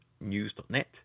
News.net